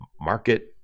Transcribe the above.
market